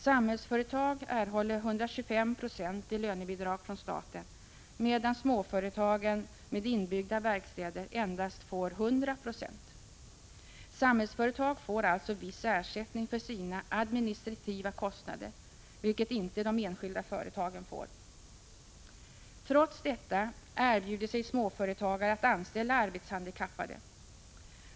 Samhällsföretag erhåller ca 125 96 i lönebidrag från staten medan företagen med inbyggda verkstäder endast får 100 20. Samhällsföretag får alltså viss ersättning för sina administrativa kostnader, vilket inte de enskilda företagen får. Trots detta erbjuder sig småföretagare att anställa arbetshandikappade.